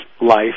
life